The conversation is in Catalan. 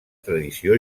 tradició